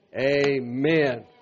Amen